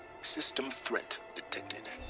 system threat detected